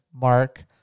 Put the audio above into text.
Mark